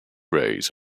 rays